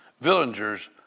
villagers